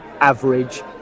average